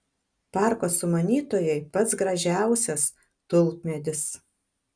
parko sumanytojai pats gražiausias tulpmedis